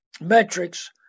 metrics